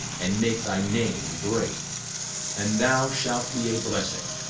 and make thy name great and thou shalt be a blessing